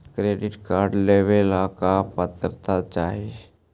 Credit card लेवेला का पात्रता चाही?